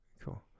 cool